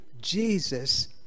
Jesus